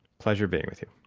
pleasure being with you.